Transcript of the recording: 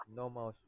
normal